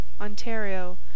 ontario